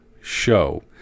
show